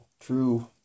true